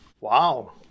Wow